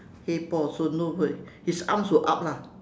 hey paul so no word his arms were up lah